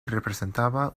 representaba